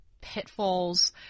pitfalls